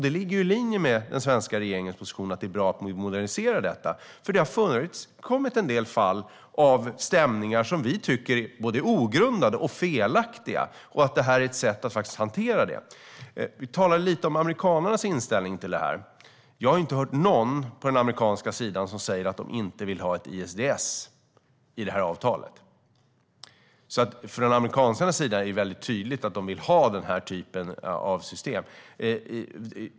Det ligger i linje med den svenska regeringens position att det är bra att vi moderniserar detta, för det har förekommit en del fall av stämningar som vi tycker är både ogrundade och felaktiga, och det här är ett sätt att hantera det. Vi talade lite om amerikanernas inställning till det här. Jag har inte hört någon på den amerikanska sidan säga att de inte vill ha ett ISDS i det här avtalet. Från amerikanernas sida är det väldigt tydligt att de vill ha den här typen av system.